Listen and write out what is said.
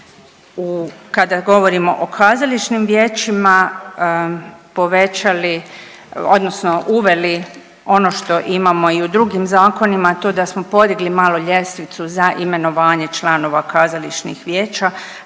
kada govorimo o kazališnim vijećima povećali odnosno uveli ono što imamo i u drugim zakonima, a to da smo podigli malo ljestvicu za imenovanje članova kazališnih vijeća,